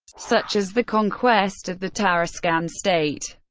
such as the conquest of the tarascan state,